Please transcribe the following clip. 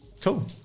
Cool